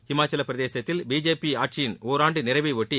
ஹிமாச்சலப் பிரதேசத்தில் பிஜேபி ஆட்சியின் ஒராண்டு நிறைவை ஒட்டி